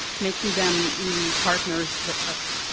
making them really partners with us.